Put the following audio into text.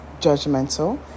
judgmental